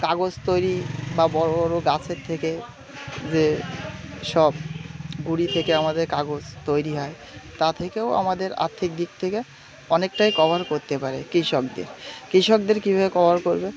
কাগজ তৈরি বা বড় বড় গাছের থেকে যেসব গুঁড়ি থেকে আমাদের কাগজ তৈরি হয় তা থেকেও আমাদের আর্থিক দিক থেকে অনেকটাই কভার করতে পারে কৃষকদের কৃষকদের কীভাবে কভার করবে